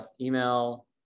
email